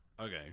Okay